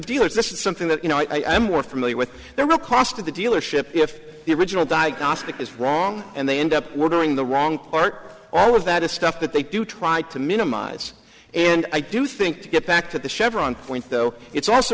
dealers this is something that you know i am more familiar with the real cost of the dealership if the original diagnostic is wrong and they end up we're doing the wrong part all of that is stuff that they do try to minimize and i do think to get back to the chevron point though it's also